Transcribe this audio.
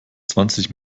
zwanzig